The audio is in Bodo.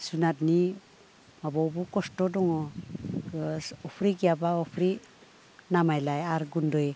जुनारनि माबायावबो खस्थ' दङ अफ्रि गैयाबाबो अफ्रि नामायलाय आरो गुन्दै